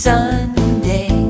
Sunday